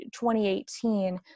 2018